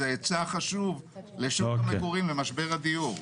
זה היצע חשוב לשוק המגורים, למשבר הדיור.